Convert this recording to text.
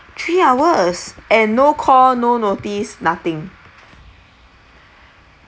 three hours and no call no notice nothing